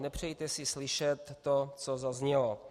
Nepřejte si slyšet to, co zaznělo.